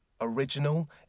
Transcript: original